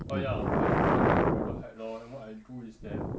orh ya I volunteer at braddell height lor then what I do is that